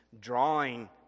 drawing